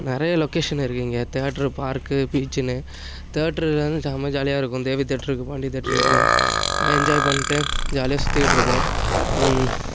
நிறையா லொக்கேஷன் இருக்குது இங்கே தேட்ரு பார்க்கு பீச்சுன்னு தேட்ரில் வந்து செம்ம ஜாலியாக இருக்கும் தேவி தேட்ரு இருக்குது பாண்டியன் தேட்ரு இருக்குது நல்லா என்ஜாய் பண்ணிட்டு ஜாலியாக சுற்றிக்கிட்ருப்போம்